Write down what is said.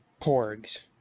porgs